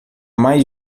mais